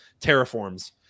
terraforms